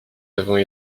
avons